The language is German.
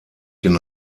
den